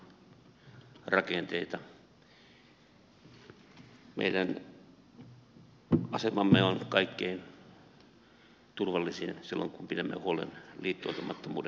meidän asemamme on kaikkein turvallisin silloin kun pidämme huolen liittoutumattomuudestamme